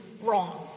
wrong